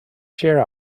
cheer